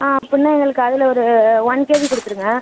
ஆ அப்படின்னா எங்களுக்கு அதில் ஒரு ஒன் கேஜி கொடுத்துருங்க